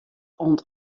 oant